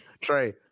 Trey